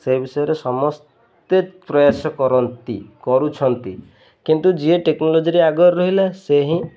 ସେ ବିଷୟରେ ସମସ୍ତେ ପ୍ରୟାସ କରନ୍ତି କରୁଛନ୍ତି କିନ୍ତୁ ଯିଏ ଟେକ୍ନୋଲୋଜିରେ ଆଗରେ ରହିଲା ସେ ହିଁ